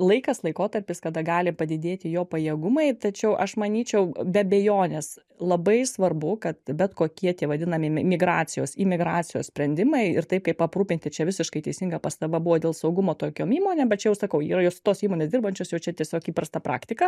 laikas laikotarpis kada gali padidėti jo pajėgumai tačiau aš manyčiau be abejonės labai svarbu kad bet kokie tie vadinami migracijos imigracijos sprendimai ir taip kaip aprūpinti čia visiškai teisinga pastaba buvo dėl saugumo tokiom įmonėm bet čia jau sakau jau jos tos įmonės dirbančios jau čia tiesiog įprasta praktika